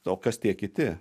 o kas tie kiti